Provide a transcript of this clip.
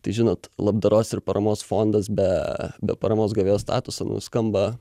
tai žinot labdaros ir paramos fondas be be paramos gavėjo statuso nu skamba